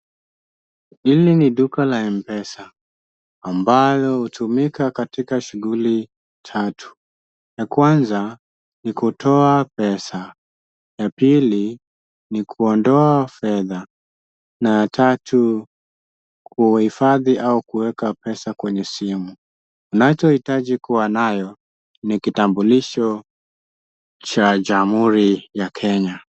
Hili ni duka la Mpesa ambalo hutumika katika shughuli tatu; ya kwanza ni kutoa pesa, ya pili ni kuondoa fedha na ya tatu kuhifadhi au kuweka pesa kwenye simu. Unachohitaji kuwa nayo ni kitambulisho cha Jamhuri ya Kenya.